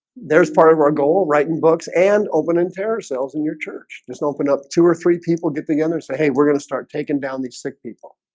there's part of our goal writing books and open and tear ourselves in your church just opened up two or three people get together and say hey, we're gonna start taking down these sick people